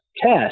test